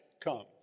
comes